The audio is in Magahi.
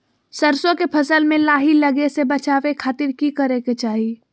सरसों के फसल में लाही लगे से बचावे खातिर की करे के चाही?